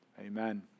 Amen